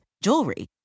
jewelry